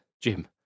Jim